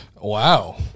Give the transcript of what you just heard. Wow